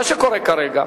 מה שקורה כרגע,